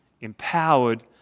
empowered